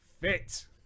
fit